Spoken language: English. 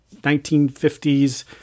1950s